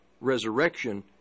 resurrection